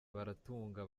baratunga